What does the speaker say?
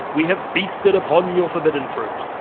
we have feasted upon your forbidden fruit.